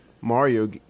Mario